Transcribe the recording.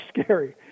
scary